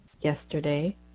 yesterday